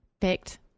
picked